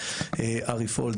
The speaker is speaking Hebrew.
ארי פולד,